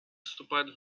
вступает